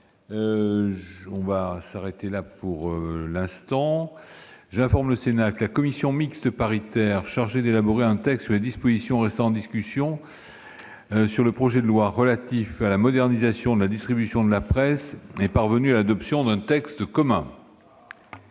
1 A est supprimé. J'informe le Sénat que la commission mixte paritaire chargée d'élaborer un texte sur les dispositions restant en discussion sur le projet de loi relatif à la modernisation de la distribution de la presse est parvenue à l'adoption d'un texte commun.